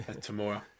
Tomorrow